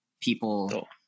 people